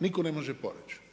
nitko ne može poreći.